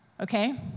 Okay